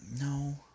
No